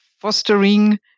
fostering